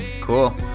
Cool